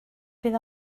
bydd